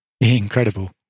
Incredible